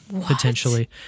potentially